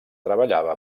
treballava